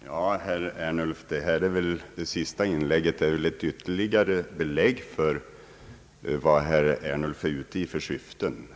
Herr talman! Herr Ernulfs senaste inlägg är väl ytterligare ett belägg för vilka syften han är ute i.